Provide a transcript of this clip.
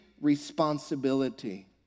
responsibility